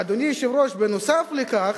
אדוני היושב-ראש, נוסף על כך,